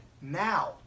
now